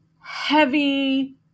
heavy